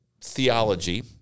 theology